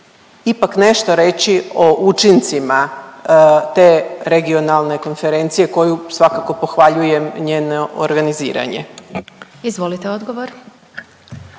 ipak nešto reći o učincima te regionalne konferencije, koju svakako pohvaljujem njeno organiziranje. **Glasovac,